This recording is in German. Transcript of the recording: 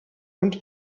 und